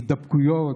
הידבקויות,